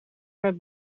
met